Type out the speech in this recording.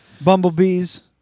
bumblebees